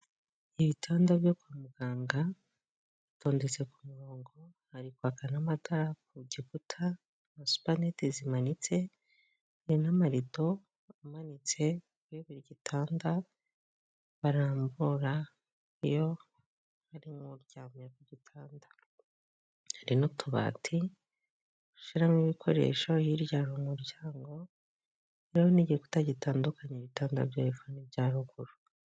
Ibitanda byo kwa muganga bipfunditse ku murongo, harikwaka n'amatara, ku gikuta nka supaneti ziramanitsema, amarido amanitse kuri buri igitanda barambura iyo arimo aryamye, kugitanda hari n'utubati bashyiramo ibikoresho hirya y'umuryango hari n'igikuta gitandukanya ibitanda byo hepfo n'ibya ruguru.